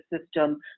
system